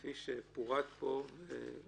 (תיקון), התשע"ח-2018, כפי שפורט פה והוסבר,